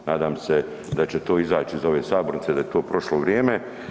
Nadam se da će to izaći iz ove sabornice, da je to prošlo vrijeme.